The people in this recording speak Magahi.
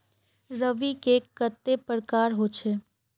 रवि के कते प्रकार होचे?